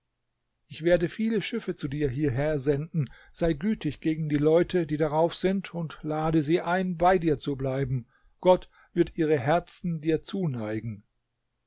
ich werde viele schiffe zu dir hierher senden sei gütig gegen die leute die darauf sind und lade sie ein bei dir zu bleiben gott wird ihre herzen dir zuneigen